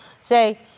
say